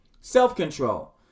self-control